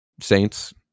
Saints